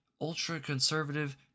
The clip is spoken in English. ultra-conservative